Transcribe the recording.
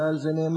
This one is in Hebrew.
אולי על זה נאמר: